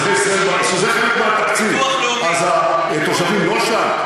אזרחי ישראל, שזה חלק מהתקציב, אז התושבים לא שם?